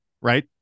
right